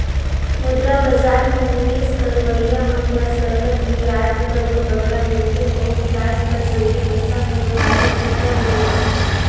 मुद्रा बजार में निवेस करोइया मन ल सरलग बियाज घलो बगरा मिलथे अउ बियाज कर संघे पइसा घलो हालु सुग्घर मिल जाथे